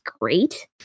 great